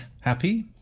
happy